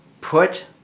Put